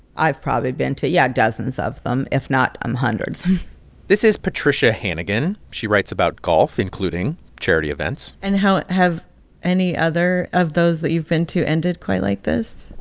i've probably been to, yeah, dozens of them, if not um hundreds this is patricia hannigan. she writes about golf, including charity events and how have any other of those that you've been to ended quite like this?